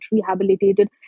rehabilitated